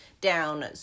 down